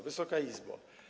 Wysoka Izbo!